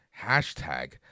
Hashtag